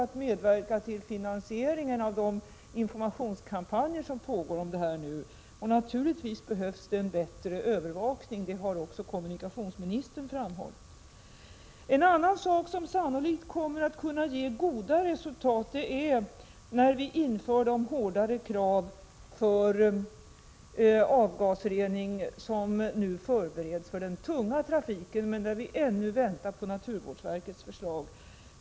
att medverka till finansiering av de informationskampanjer som nu pågår om detta. Det behövs naturligtvis en bättre övervakning, vilket kommunikationsministern också har framhållit. En annan åtgärd som sannolikt kommer att kunna ge goda resultat är införandet av de hårdare krav på avgasrening som förbereds för den tunga trafiken. Men vi väntar här ännu på naturvårdsverkets förslag.